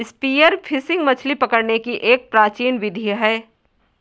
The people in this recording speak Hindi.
स्पीयर फिशिंग मछली पकड़ने की एक प्राचीन विधि है